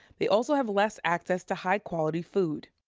they also have less access to high-quality food.